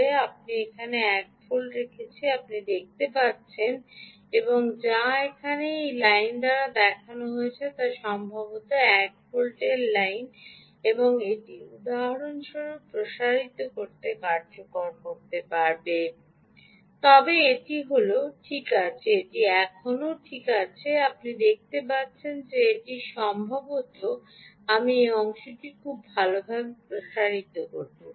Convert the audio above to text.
আমি এখানে 1 ভোল্ট রেখেছি আপনি দেখতে পাচ্ছেন এবং যা এখানে এই লাইন দ্বারা দেখানো হয়েছে যা সম্ভবত 1 ভোল্টের লাইন এটি উদাহরণস্বরূপ প্রসারিত করতে কার্যকর হতে পারে তবে এটি হল ঠিক আছে এটি এখনও ঠিক আছে আপনি দেখতে পাচ্ছেন যে এটি সম্ভবত আমি এই অংশটি খুব ভালভাবে প্রসারিত করতে পারি